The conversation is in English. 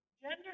Gender